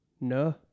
No